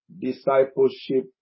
discipleship